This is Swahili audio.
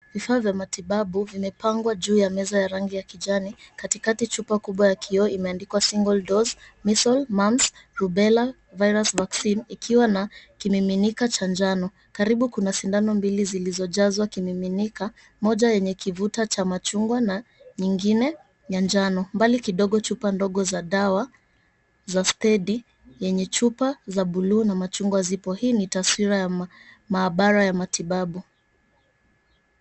Vifaa vya matibabu vimepangwa juu ya meza ya rangi ya kijani. Katikati chupa kubwa ya kioo imeandikwa single doors , measle moms, rubella virus vaccine ikiwa na kimiminika cha njano. Karibu kuna sindano mbili zilizojazwa kimiminika, moja yenye kivuta cha machungwa na nyingine ya njano. Mbali kidogo chupa ndogo za dawa za stedi yenye chupa za buluu na machungwa zipo. Hii ni taswira ya maabara ya matibabu.